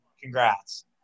Congrats